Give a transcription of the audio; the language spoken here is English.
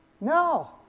No